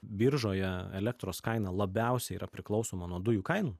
biržoje elektros kaina labiausiai yra priklausoma nuo dujų kainų